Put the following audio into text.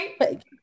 Right